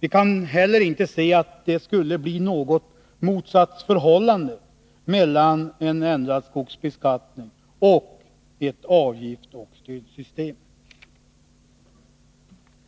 Vi kan inte heller se att det skulle bli något motsatsförhållande mellan en ändrad skogsbeskattning och ett avgiftsoch stödsystem.